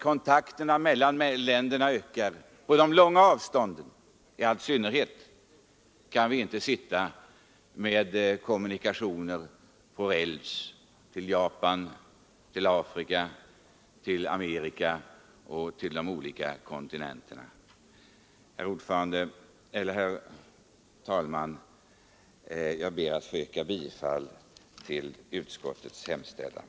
Kontakterna mellan länderna ökar. I all synnerhet på de långa avstånden kan vi inte ha kommunikationer på räls — till Japan, till Afrika, till Amerika och till andra kontinenter. Herr talman! Jag ber att få yrka bifall till utskottets hemställan.